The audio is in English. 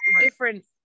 different